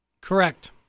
Correct